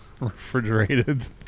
refrigerated